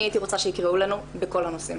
אני הייתי רוצה שיקראו לנו בכל הנושאים